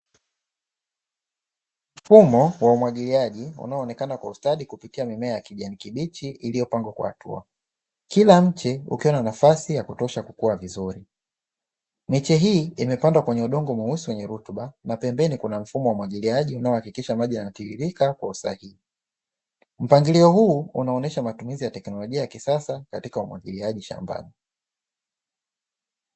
Mfumo wa umwagiliaji unaoonekana kwa ustadi kupitia mimea ya kijani kibichi iliyopangwa kwa hatua kila mche ukiwa na nafasi ya kukua vizuri. Miche hii imepandwa kwenye udongo mweusi wenye rutuba pembeni kuna mfumo wa umwagiliaji unaohakikisha maji yanatiririka kwa usahihi. Mpangilio huu unaonyesha matumizi ya tekinolojia ya kisasa katika umwagiliaji shambani.